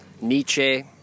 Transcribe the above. Nietzsche